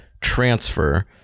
transfer